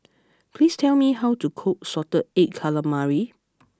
please tell me how to cook Salted Egg Calamari